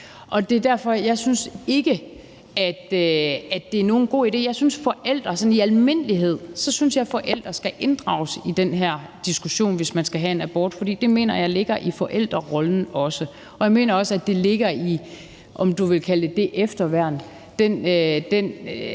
Det er derfor, jeg ikke synes, at det er nogen god idé. Jeg synes, at forældre sådan i almindelighed skal inddrages i den her diskussion, altså hvis man skal have en abort, for det mener jeg ligger i forældrerollen også. Jeg mener også, at det ligger i det, man kan kalde et efterværn, altså